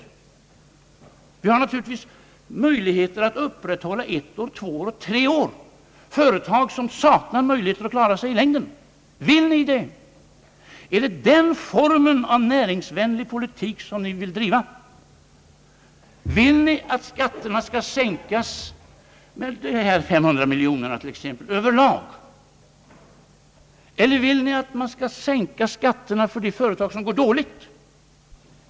Vi har naturligtvis möjligheter att ett år, två år och tre år upprätthålla företag som saknar möjligheter att klara sig i längden. Vill ni satsa på det? Är detta den form av när ringsvänlig politik som ni vill driva? Vill ni att skatterna skall sänkas t.ex. överlag med dessa 500 miljoner? Eller vill ni att man skall sänka skatterna för de företag som går dåligt?